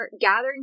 gathering